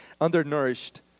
undernourished